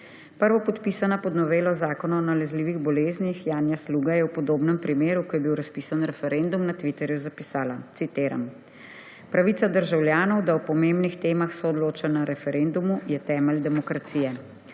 Prvopodpisana pod novelo Zakona o nalezljivih boleznih Janja Sluga je v podobnem primeru, ko je bil razpisan referendum, na Twitterju zapisala, citiram: »Pravica državljanov, da o pomembnih temah soodloča na referendumu, je temelj demokracije.